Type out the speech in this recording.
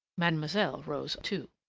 mademoiselle rose too.